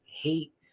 hate